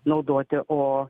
naudoti o